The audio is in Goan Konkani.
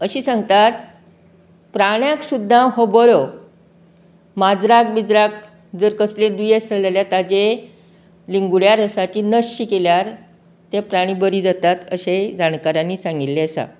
अशीं सांगतात प्रण्याक सुद्दां हो बरो माजराक बिजराक जर कसलेय दुयेस जाल जाल्यार ताजे लिंगूड्या रसाचे नशी केल्यार तें प्राणी अशेंय जाणकारांनी सांगिल्लें आसा